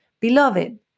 Beloved